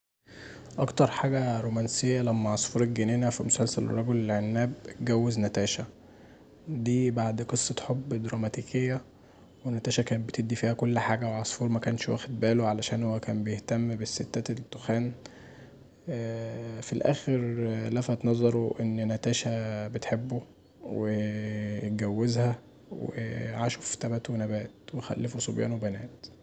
أكتر حاجه رومانسيه لما عصفور الجنينة في مسلسل الرجل العناب أتجوز ناتاشا، دي بعد قصة حب دراماتيكيه وناتاشا كانت بتدي فيها كل حاجه وعصفور مكانش واخد باله عشان هو كان بيهتم بالستات التخان في الآخر لفت نظره ات ناتاشا بتحبه واتجوزها وعاشوا في تبات ونبات وخلفوا صبيان وبنات